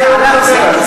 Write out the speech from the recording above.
זה עלה בדיון,